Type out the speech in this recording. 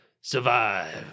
survive